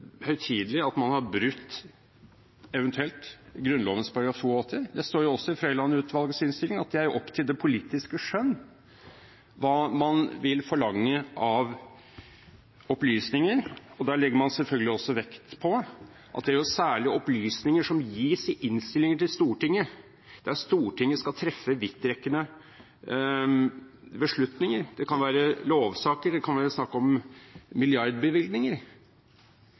det er opp til det politiske skjønn hva man vil forlange av opplysninger, og da legger man selvfølgelig vekt på at det gjelder særlig opplysninger som gis i innstillinger til Stortinget, der Stortinget skal treffe vidtrekkende beslutninger. Det kan være lovsaker eller snakk om milliardbevilgninger, og det er klart at da skal man være